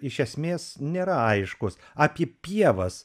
iš esmės nėra aiškus apie pievas